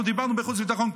דיברנו בחוץ וביטחון,